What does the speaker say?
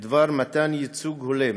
בדבר מתן ייצוג הולם,